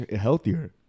healthier